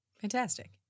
Fantastic